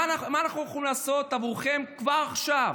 אנחנו יכולים לעשות בעבורכם כבר עכשיו,